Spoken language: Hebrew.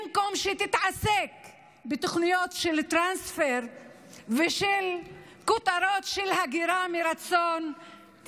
במקום שתתעסק בתוכניות של טרנספר ושל כותרות של ההגירה מרצון,